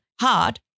hard